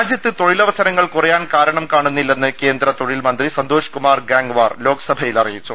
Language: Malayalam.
രാജ്യത്ത് തൊഴിലവസരങ്ങൾ കുറയാൻ കാരണം കാണുന്നി ല്ലെന്ന് കേന്ദ്രതൊഴിൽമന്ത്രി സന്തോഷ് കുമാർ ഗാങ്വാർ ലോക്സ ഭയിൽ അറിയിച്ചു